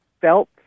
felt